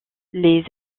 les